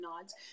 nods